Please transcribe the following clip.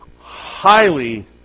Highly